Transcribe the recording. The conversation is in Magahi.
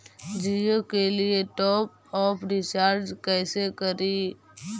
जियो के लिए टॉप अप रिचार्ज़ कैसे करी?